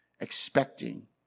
expecting